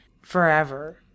forever